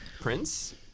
Prince